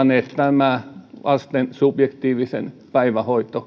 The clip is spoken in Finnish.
nyt palauttaneet tämän lasten subjektiivisen päivähoito